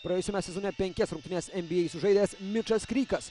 praėjusiame sezone penkias rungtynes nba sužaidęs mičas krykas